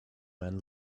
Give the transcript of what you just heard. man